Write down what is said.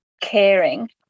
caring